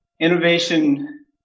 innovation